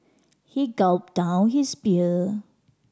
he gulped down his beer